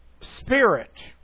spirit